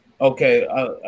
Okay